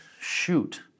shoot